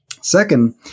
Second